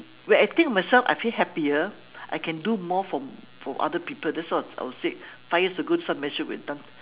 when I think of myself I feel happier I can do more for for other people that's what I would say five years ago this one message would be done